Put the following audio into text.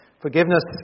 Forgiveness